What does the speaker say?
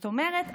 זאת אומרת,